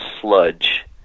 sludge